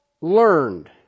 learned